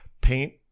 paint